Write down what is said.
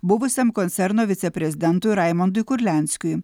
buvusiam koncerno viceprezidentui raimundui kurlianskiui